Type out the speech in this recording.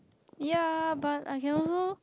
ya but I can also